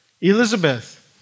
Elizabeth